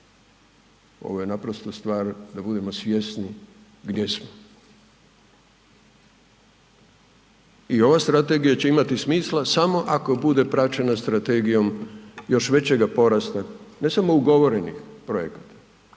Ovo je naprosto stvar da budemo svjesni gdje smo. I ova strategija će imati smisla samo ako bude praćena strategijom još većega porasta, ne samo ugovorenih projekata,